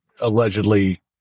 allegedly